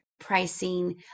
Pricing